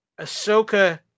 Ahsoka